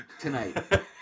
tonight